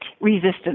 resistance